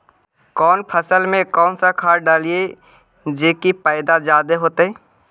कौन फसल मे कौन सा खाध डलियय जे की पैदा जादे होतय?